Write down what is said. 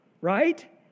right